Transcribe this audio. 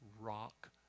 rock